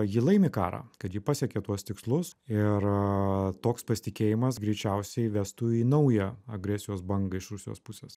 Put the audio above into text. ji laimi karą kad ji pasiekė tuos tikslus ir toks pasitikėjimas greičiausiai vestų į naują agresijos bangą iš rusijos pusės